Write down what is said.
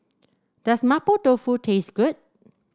does Mapo Tofu taste good